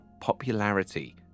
popularity